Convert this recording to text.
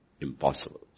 Impossible